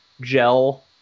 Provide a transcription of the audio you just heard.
gel